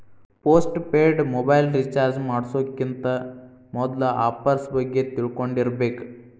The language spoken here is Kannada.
ಪೋಸ್ಟ್ ಪೇಯ್ಡ್ ಮೊಬೈಲ್ ರಿಚಾರ್ಜ್ ಮಾಡ್ಸೋಕ್ಕಿಂತ ಮೊದ್ಲಾ ಆಫರ್ಸ್ ಬಗ್ಗೆ ತಿಳ್ಕೊಂಡಿರ್ಬೇಕ್